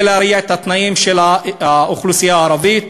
להרע את התנאים של האוכלוסייה הערבית.